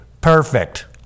Perfect